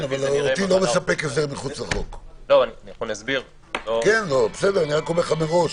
אותי לא מספק הסדר מחוץ לחוק, אני אומר לך מראש.